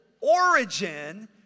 origin